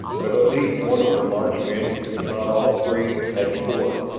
but at least one of the marksmen, if not all three, had scored.